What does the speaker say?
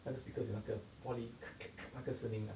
那个 speaker 有那个玻璃 那个声音 ah